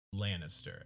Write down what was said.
Lannister